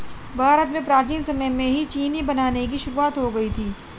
भारत में प्राचीन समय में ही चीनी बनाने की शुरुआत हो गयी थी